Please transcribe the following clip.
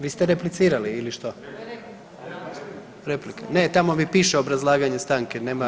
Vi ste replicirali ili što? … [[Upadica se ne razumije.]] replika, ne tamo mi piše obrazlaganje stanke, nema.